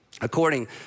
according